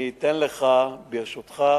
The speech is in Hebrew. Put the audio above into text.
ברשותך,